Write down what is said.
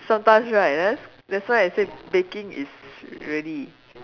sometimes right that's that's why I say baking is really